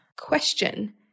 question